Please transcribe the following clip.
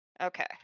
Okay